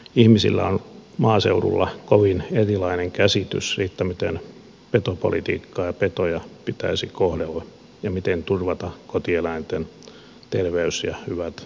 ihmisillä on maaseudulla kovin erilainen käsitys siitä miten petopolitiikkaa ja petoja pitäisi kohdella ja miten turvata kotieläinten terveys ja hyvät elinolot